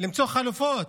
למצוא חלופות,